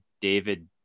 David